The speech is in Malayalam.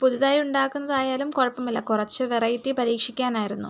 പുതുതായി ഉണ്ടാക്കുന്നതായാലും കുഴപ്പമില്ല കുറച്ച് വെറൈറ്റി പരീക്ഷിക്കാനായിരുന്നു